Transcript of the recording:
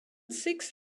six